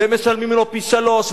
והם משלמים לו פי-שלושה,